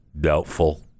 Doubtful